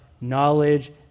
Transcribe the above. Knowledge